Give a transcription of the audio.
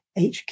HQ